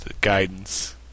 guidance